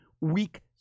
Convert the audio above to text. weak